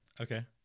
Okay